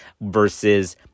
versus